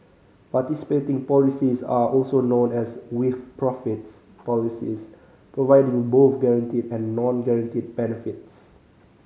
participating policies are also known as with profits policies providing both guaranteed and non guaranteed benefits